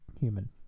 human